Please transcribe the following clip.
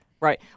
Right